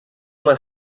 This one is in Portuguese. uma